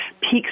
peaks